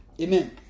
Amen